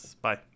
Bye